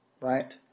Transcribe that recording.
Right